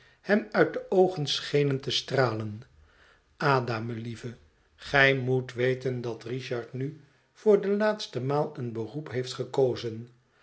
hem uit de oogen schenen te stralen ada melieve gij moet weten dat richard nu voor de laatste maal een beroep heeft gekozen